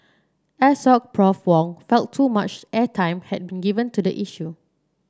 Assoc Prof Wong felt too much airtime had been given to the issue